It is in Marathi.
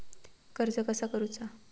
कर्ज कसा करूचा?